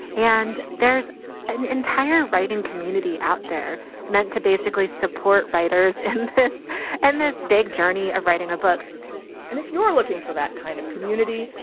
and there's an entire writing community out there meant to basically support writers and this and this big journey of writing a book and if you're looking for that kind of community,